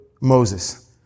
Moses